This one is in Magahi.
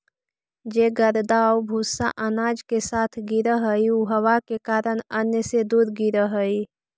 जे गर्दा आउ भूसा अनाज के साथ गिरऽ हइ उ हवा के कारण अन्न से दूर गिरऽ हइ